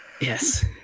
yes